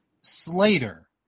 Slater